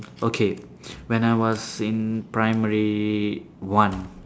okay when I was in primary one